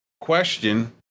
question